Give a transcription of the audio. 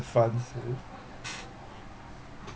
!wah! quite fun say